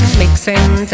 mixing